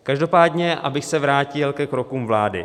Každopádně, abych se vrátil ke krokům vlády.